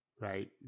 right